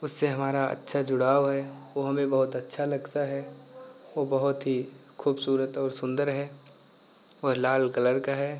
उससे हमारा अच्छा जुड़ाव है वो हमें बहुत अच्छा लगता है वो बहुत ही खूबसूरत और सुन्दर है वो लाल कलर का है